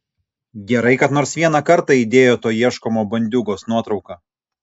gerai kad nors vieną kartą įdėjo to ieškomo bandiūgos nuotrauką